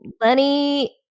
Lenny